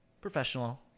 professional